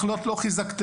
את הנחלות לא חיזקתם,